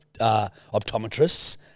optometrists